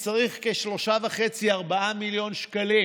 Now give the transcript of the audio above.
אני צריך 3.5 4 מיליון שקלים